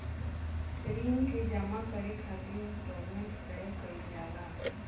ऋण के जामा करे खातिर इंस्टॉलमेंट तय कईल जाला